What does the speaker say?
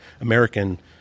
American